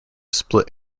split